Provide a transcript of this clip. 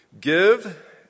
Give